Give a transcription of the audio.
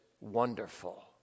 wonderful